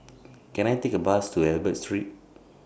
Can I Take A Bus to Albert Street